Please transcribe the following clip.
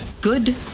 Good